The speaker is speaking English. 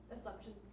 assumptions